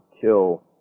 kill